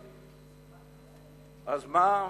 אז מה?